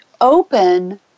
open